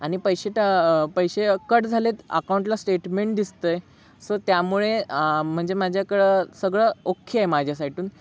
आणि पैसे टा पैसे कट झाले आहेत अकाउंटला स्टेटमेंट दिसतं आहे सो त्यामुळे आ म्हणजे माझ्याकडं सगळं ओके आहे माझ्या साईटून